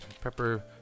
Pepper